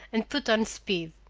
and put on speed.